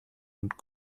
und